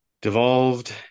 devolved